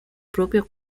propio